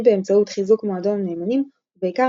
הן באמצעות חיזוק מועדון הנאמנים ובעיקר